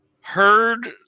heard